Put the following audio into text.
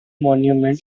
monument